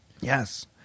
Yes